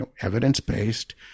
evidence-based